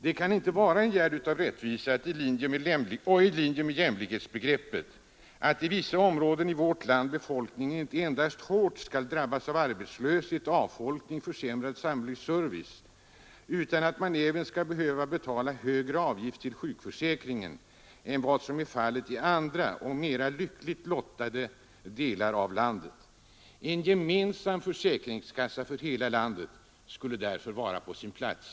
Det kan inte vara en gärd av rättvisa och i linje med jämlikhetsbegreppet att vissa områden av vårt land inte endast hårt skall drabbas av arbetslöshet, avfolkning och försämrad samhällelig service utan att invånarna där även skall behöva betala högre avgifter till sjukförsäkringen än vad invånarna i andra och mera lyckligt lottade delar av landet behöver göra. En gemensam försäkringskassa för hela landet skulle därför vara på sin plats.